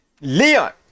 Leon